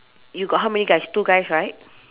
you got how many guys two guys right